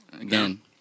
Again